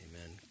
Amen